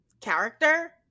character